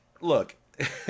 look